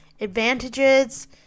Advantages